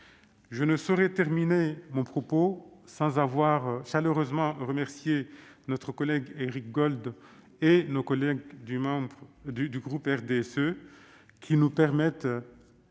Je ne saurais terminer mon propos sans avoir chaleureusement remercié Éric Gold et nos collègues du groupe RDSE, qui nous permettent